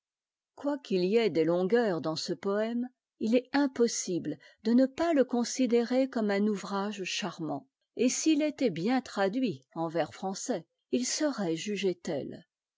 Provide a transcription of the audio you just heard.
quoiqu'il y ait des longueurs dans ce poème il est impossible de ne pas le considérer comme un ouvrage charmant et s'il était bien traduit en vers français il serait jugé